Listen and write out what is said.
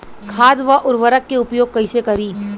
खाद व उर्वरक के उपयोग कईसे करी?